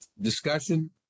Discussion